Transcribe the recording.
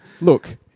Look